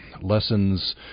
Lessons